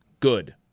Good